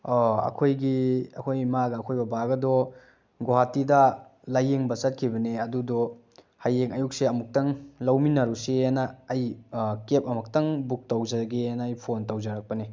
ꯑꯩꯈꯣꯏꯒꯤ ꯑꯩꯈꯣꯏ ꯏꯃꯥꯒ ꯑꯩꯈꯣꯏ ꯕꯕꯥꯒꯗꯣ ꯒꯣꯍꯥꯇꯤꯗ ꯂꯥꯏꯌꯦꯡꯕ ꯆꯠꯈꯤꯕꯅꯦ ꯑꯗꯨꯗꯣ ꯍꯌꯦꯡ ꯑꯌꯨꯛꯁꯦ ꯑꯃꯨꯛꯇꯪ ꯂꯧꯃꯤꯟꯅꯔꯨꯁꯦꯑꯅ ꯑꯩ ꯀꯦꯕ ꯑꯃꯈꯛꯇꯪ ꯕꯨꯛ ꯇꯧꯖꯒꯦꯅ ꯑꯩ ꯐꯣꯟ ꯇꯧꯖꯔꯛꯄꯅꯤ